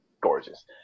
gorgeous